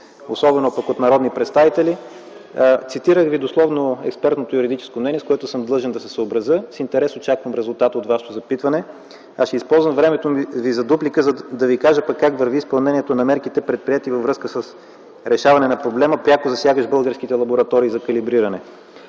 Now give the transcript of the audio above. сигурен! МИНИСТЪР ТРАЙЧО ТРАЙКОВ: Цитирах Ви дословно експертното юридическо мнение, с което съм длъжен да се съобразя. С интерес очаквам резултата от Вашето запитване. Ще използвам времето ми за дуплика, за да Ви кажа как върви изпълнението на мерките, предприети във връзка с решаване на проблема, пряко засягащ българските лаборатории за калибриране.